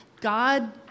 God